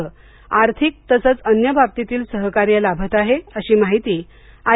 चं आर्थिक तसंच अन्य बाबतीतील सहकार्य लाभत आहे अशी माहीती आय